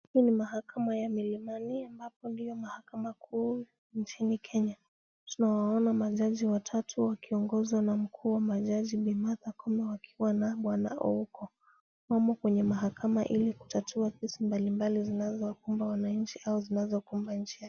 Hii ni mahakama ya Milimani ambapo ndio mahakama kuu nchini Kenya. Tunawaona majaji watatu wakiongozwa na mkuu wa majiji Bi. Martha Koome wakiwa na Bwana Ouko . Wako kwenye mahakama ili kutatua kesi mbalimbali zinazowakumba wananchi au zinazokumba nchi yake.